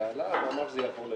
ונאמר שזה יעבור לוועדה.